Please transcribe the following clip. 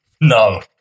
No